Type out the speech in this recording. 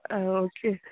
okay